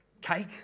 Cake